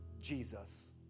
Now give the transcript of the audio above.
Jesus